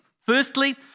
Firstly